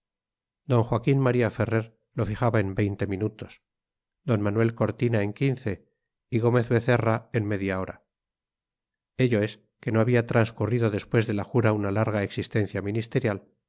d joaquín maría ferrer lo fijaba en veinte minutos d manuel cortina en quince y gómez becerra en media hora ello es que no había transcurrido después de la jura una larga existencia ministerial